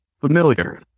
familiar